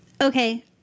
Okay